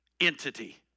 entity